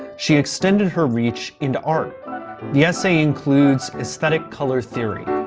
she extended her reach into art the essay includes aesthetic color theory.